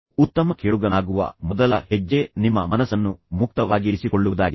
ಉತ್ತಮ ಕೇಳುಗನಾಗುವ ಮೊದಲ ಹೆಜ್ಜೆ ನಿಮ್ಮ ಮನಸ್ಸನ್ನು ಮುಕ್ತವಾಗಿರಿಸಿಕೊಳ್ಳುವುದಾಗಿದೆ